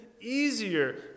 easier